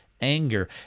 anger